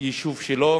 ביישוב שלו.